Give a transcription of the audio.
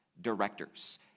directors